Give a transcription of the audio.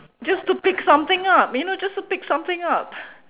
just to pick something up you know just to pick something up